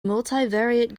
multivariate